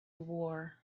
war